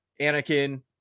anakin